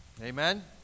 Amen